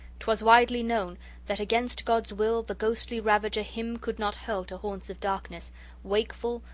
twas widely known that against god's will the ghostly ravager him could not hurl to haunts of darkness wakeful,